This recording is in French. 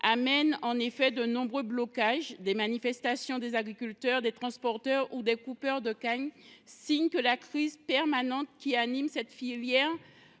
suscite en effet de nombreux blocages, des manifestations d’agriculteurs, de transporteurs ou de coupeurs de canne, signe de la crise permanente qui frappe cette filière